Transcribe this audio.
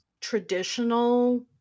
traditional